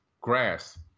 grass